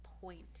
point